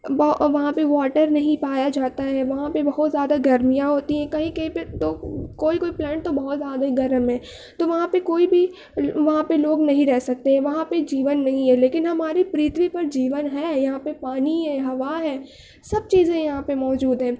وہاں پہ واٹر نہیں پایا جاتا ہے وہاں پہ بہت زیادہ گرمیاں ہوتی ہیں کہیں کہیں پہ تو کوئی کوئی پلانٹ تو بہت زیادہ گرم ہیں تو وہاں پہ کوئی بھی وہاں پہ لوگ نہیں رہ سکتے وہاں پہ جیون نہیں ہے لیکن ہماری پرتھوی پہ جیون ہے یہاں پہ پانی ہے ہوا ہے سب چیزیں یہاں پہ موجود ہیں